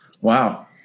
Wow